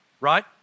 Right